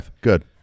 good